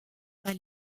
pas